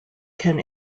can